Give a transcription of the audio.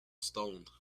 stoned